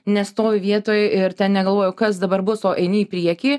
nestovi vietoj ir ten negalvoji o kas dabar bus o eini į priekį